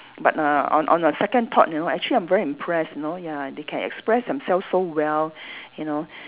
but uh on on the second thought you know I'm actually very impressed you know ya they can express themselves so well you know